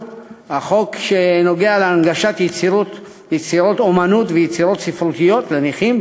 החוק שנוגע להנגשת יצירות אמנות ויצירות ספרותיות לנכים,